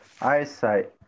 eyesight